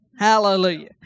Hallelujah